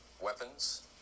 weapons